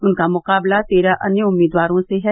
उनका मुकाबला तेरह अन्य उम्मीदवारों से है